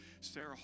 Sarah